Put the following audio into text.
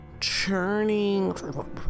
churning